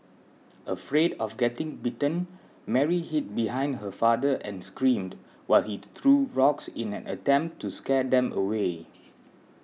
afraid of getting bitten Mary hid behind her father and screamed while he threw rocks in an attempt to scare them away